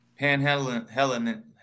Panhellenic